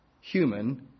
human